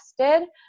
tested